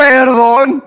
Perdón